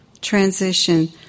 transition